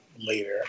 later